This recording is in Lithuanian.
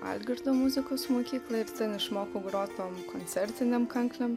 algirdo muzikos mokyklą ir ten išmokau grot tom koncertinėm kanklėm